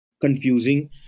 confusing